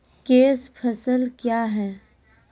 Cash फसल क्या हैं?